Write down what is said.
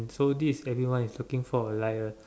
so this is everyone is looking for like a